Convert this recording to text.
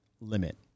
limit